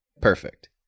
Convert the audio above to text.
Perfect